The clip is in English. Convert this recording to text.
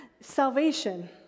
salvation